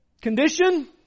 condition